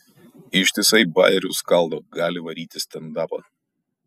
ištisai bajerius skaldo gali varyt į stendapą